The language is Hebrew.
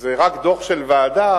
זה רק דוח של ועדה,